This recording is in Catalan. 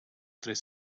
tres